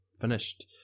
finished